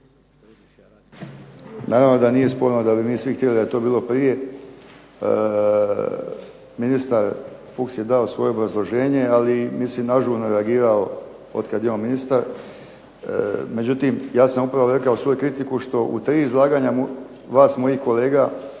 Naravno da nije sporno da bi mi svi htjeli da je to bilo prije. Ministar Fuchs je dao svoje obrazloženje, mislim ažurno reagirao od kad je on ministar. Međutim, ja sam upravo rekao svoju kritiku što u tri izlaganja vas, mojih kolega